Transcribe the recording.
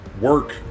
work